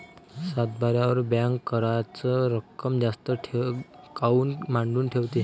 सातबाऱ्यावर बँक कराच रक्कम जास्त काऊन मांडून ठेवते?